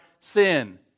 sin